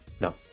No